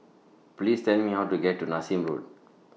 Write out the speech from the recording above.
Please Tell Me How to get to Nassim Road